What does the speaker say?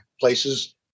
places